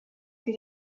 que